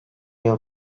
yıl